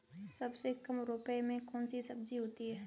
सबसे कम रुपये में कौन सी सब्जी होती है?